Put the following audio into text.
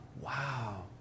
Wow